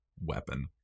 weapon